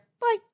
Bye